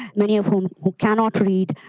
many of whom cannot read,